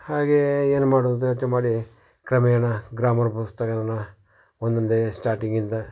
ಹಾಗೇ ಏನು ಮಾಡೋದು ಯೋಚ್ನೆ ಮಾಡಿ ಕ್ರಮೇಣ ಗ್ರಾಮರ್ ಪುಸ್ತಕಗಳನ್ನ ಒಂದೊಂದೇ ಸ್ಟಾಟಿಂಗಿಂದ